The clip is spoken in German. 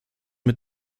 mit